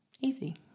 Easy